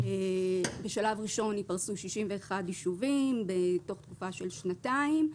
בשלב ראשון ייפרסו 61 ישובים בתוך תקופה של שנתיים.